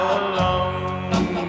alone